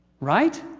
right?